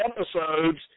episodes